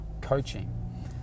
coaching